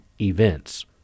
Events